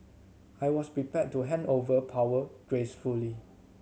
I was prepared to hand over power gracefully